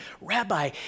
Rabbi